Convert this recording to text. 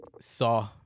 Saw